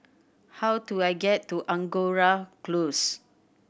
how do I get to Angora Close